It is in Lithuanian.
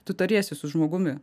tu tariesi su žmogumi